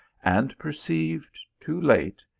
and per ceived, too late,